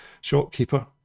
shopkeeper